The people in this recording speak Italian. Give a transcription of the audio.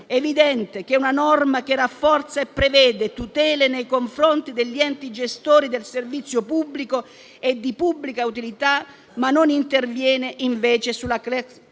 evidente che è una norma che rafforza e prevede tutele nei confronti degli enti gestori del servizio pubblico e di pubblica utilità, ma non interviene sulla *class